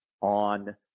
on